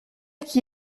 qui